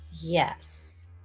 Yes